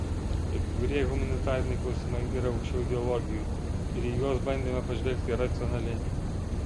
kai kurie humanitariniai klausimai yra aukščiau ideologijų ir į juos bandėme pažvelgti racionaliai